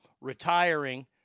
retiring